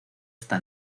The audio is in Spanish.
está